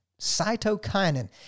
Cytokinin